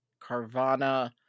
Carvana